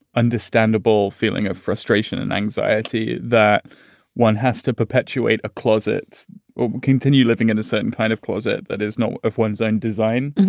understandable feeling of frustration and anxiety that one has to perpetuate. a closet will continue living in a certain kind of closet. that is no of one's own design.